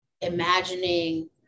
imagining